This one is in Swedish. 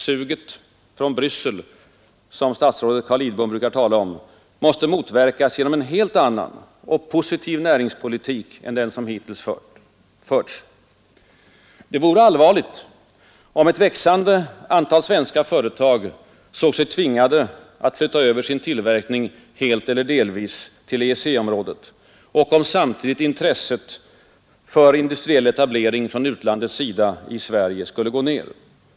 ”Suget från Bryssel”, som statsrådet Carl Lidbom brukar tala om, måste motverkas genom en helt annan och positiv näringspolitik än den som hittills förts. Det vore allvarligt, om ett växande antal svenska företag såg sig tvingade att flytta över sin tillverkning helt eller delvis till EEC-området och om samtidigt intresset för industriell etablering från utlandets sida i Sverige skulle gå ner.